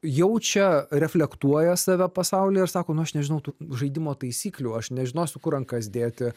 jaučia reflektuoja save pasaulyje ir sako nu aš nežinau tų žaidimo taisyklių aš nežinosiu kur rankas dėti